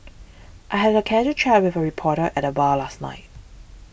I had a casual chat with a reporter at the bar last night